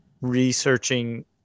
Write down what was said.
researching